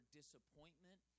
disappointment